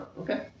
Okay